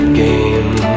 game